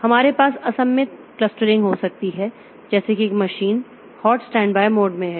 हमारे पास असममित क्लस्टरिंग हो सकती है जैसे कि एक मशीन हॉट स्टैंडबाय मोड में है